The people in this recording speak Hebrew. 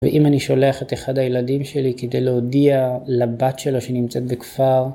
ואם אני שולח את אחד הילדים שלי כדי להודיע לבת שלו שנמצאת בכפר...